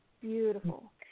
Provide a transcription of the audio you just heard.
beautiful